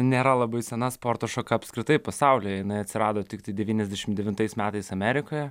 nėra labai sena sporto šaka apskritai pasaulyje jinai atsirado tiktai devyniasdešimt devintais metais amerikoje